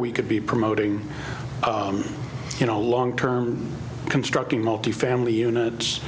we could be promoting you know long term constructing multi family units